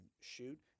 shoot